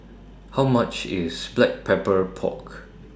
How much IS Black Pepper Pork